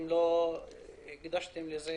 הקדשתם לזה